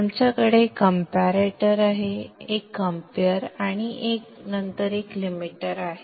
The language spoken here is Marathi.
आमच्याकडे एक कम्पेरेटर एक कम्पेअर आणि नंतर एक लिमिटर आहे